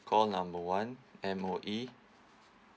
call number one M_O_E